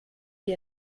die